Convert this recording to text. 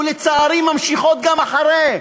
ולצערי ממשיכות גם אחרי כן.